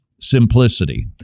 simplicity